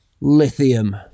Lithium